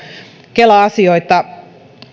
kela asioita